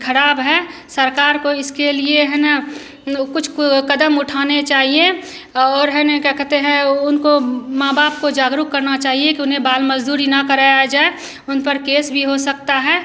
खराब है सरकार को इसके लिए है न कुछ को कदम उठाने चाहिए और है न क्या कहते हैं उनको माँ बाप को जागरूक करना चाहिए कि उन्हें बाल मज़दूरी न कराई जाए उन पर केस भी हो सकता है